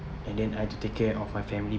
and then I had to take care of my family